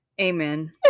Amen